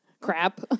Crap